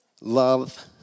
love